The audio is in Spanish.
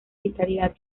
vitalidad